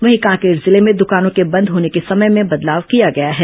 वहीं कांकेर जिले में दुकानों के बंद होने के समय में बदलाव किया गया है